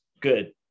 Good